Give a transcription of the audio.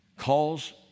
calls